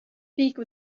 speaker